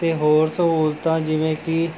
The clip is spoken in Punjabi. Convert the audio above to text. ਅਤੇ ਹੋਰ ਸਹੂਲਤਾਂ ਜਿਵੇਂ ਕਿ